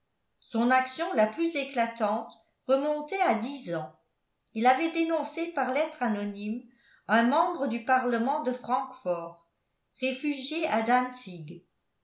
son action la plus éclatante remontait à dix ans il avait dénoncé par lettre anonyme un membre du parlement de francfort réfugié à